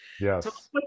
yes